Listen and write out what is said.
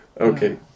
okay